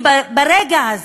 כי ברגע הזה,